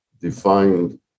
defined